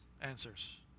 answers